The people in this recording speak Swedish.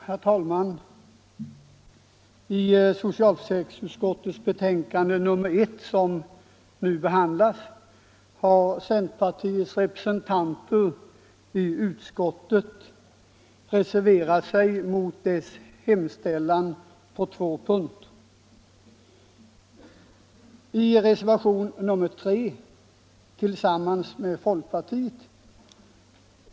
Herr talman! I socialförsäkringsutskottets betänkande nr 1, som nu behandlas, har centerpartiets representanter reserverat sig mot utskottets hemställan på två punkter. I reservationen 3 har vi gjort det tillsammans med folkpartiet.